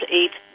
eight